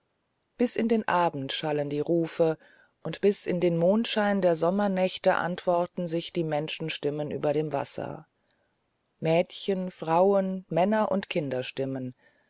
bis in den abend schallen die rufe und bis in den mondschein der sommernächte antworten sich die menschenstimmen über dem wasser mädchen frauen männer und kinderstimmen